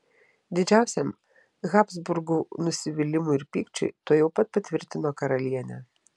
didžiausiam habsburgų nusivylimui ir pykčiui tuojau pat patvirtino karalienė